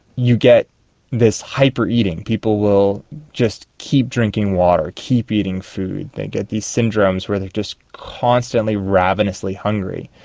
you get this hyper eating. people will just keep drinking water, keep eating food. they get these syndromes where they are just constantly ravenously hungry.